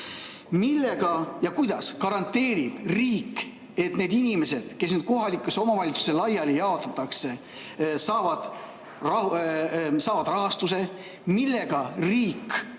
Millega ja kuidas garanteerib riik, et need inimesed, kes kohalikesse omavalitsustesse laiali jaotatakse, saavad rahastuse? Millega riik